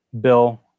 bill